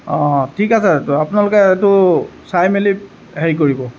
অ ঠিক আছে আপোনালোকে সেইটো চাই মেলি হেৰি কৰিব